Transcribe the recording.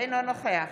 אינו נוכח